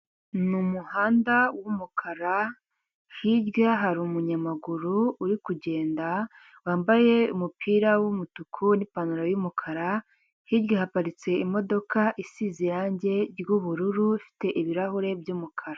Ni umuhanda w'umukara hirya hari umuyamaguru uri kugenda wambaye umupira w'umutuku n'ipantaro y'umukara hirya haparitse imodoka isize irange ry'ubururu ifite ibirahuri by'umukara.